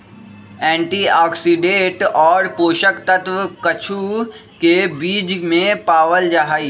antioxidant और पोषक तत्व कद्दू के बीज में पावल जाहई